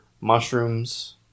mushrooms